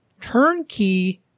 turnkey